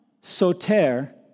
Soter